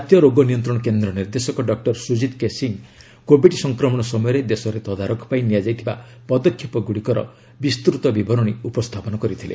ଜାତୀୟ ରୋଗ ନିୟନ୍ତ୍ରଣ କେନ୍ଦ୍ର ନିର୍ଦ୍ଦେଶକ doctor Sujit K Singh COVID ସଂକ୍ରମଣ ସମୟରେ ଦେଶରେ ତଦାରଖ ପାଇଁ ନିଆଯାଇଥିବା ପଦକ୍ଷେପଗୁଡ଼ିକର ବିସ୍ତୃତ ବିବରଣୀ ଉପସ୍ଥାପନ କରିଥିଲେ